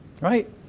Right